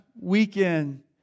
weekend